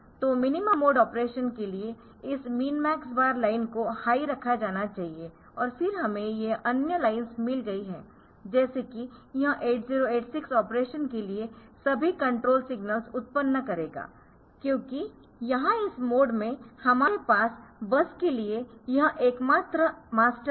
तो minimum mode operation के लिए इस मिन मैक्स बार लाइन को हाई रखा जाना चाहिए और फिर हमें ये अन्य लाइन्समिल गई है जैसे कि यह 8086 ऑपरेशन के लिए सभी कंट्रोलसिग्नल्स उत्पन्न करेगा क्योंकि यहाँ इस मोड में हमारे पास बस के लिए यह एकमात्र मास्टर है